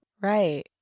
Right